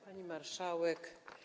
Pani Marszałek!